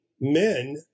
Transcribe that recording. men